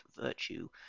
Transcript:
virtue